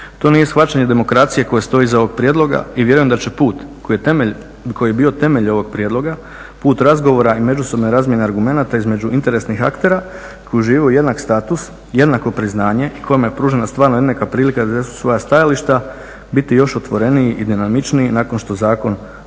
To nije shvaćanje demokracije koja stoji iza ovog prijedloga i vjerujem da će put koji je bio temelj ovog prijedloga, put razgovora i međusobne razmjene argumenata između interesnih aktera koji uživaju jednak status, jednako priznanje i kome je pružena stvarna prilika da iznesu svoja stajališta, biti još otvoreniji i dinamičniji nakon što zakon